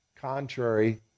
contrary